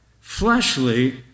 fleshly